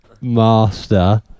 master